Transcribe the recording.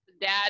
dad